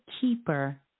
keeper